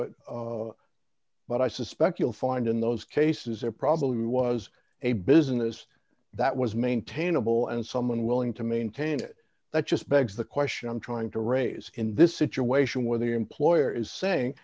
it but i suspect you'll find in those cases there probably was a business that was maintainable and someone willing to maintain it that just begs the question i'm trying to raise in this situation where the employer is saying